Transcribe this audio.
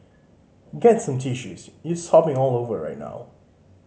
get some tissues you sobbing all over right now